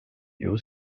you